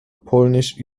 polnisch